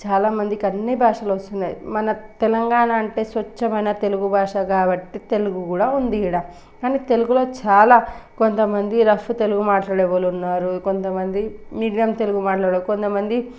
చాలామందికి అన్నీ భాషలు వస్తున్నాయి మన తెలంగాణ అంటే స్వచ్ఛమైన తెలుగు భాష కాబట్టి తెలుగు కూడా ఉంది ఈడ కానీ తెలుగులో చాలా కొంతమంది రఫ్ తెలుగు మాట్లాడే వాళ్ళు ఉన్నారు కొంతమంది నిజం తెలుగు మాట్లాడే కొంతమంది